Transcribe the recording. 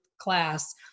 class